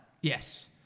Yes